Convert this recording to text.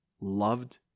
loved